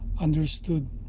understood